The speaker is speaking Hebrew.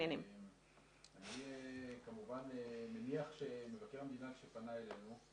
אני כמובן מניח שמבקר המדינה כשפנה אלינו,